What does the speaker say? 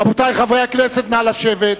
רבותי חברי הכנסת, נא לשבת.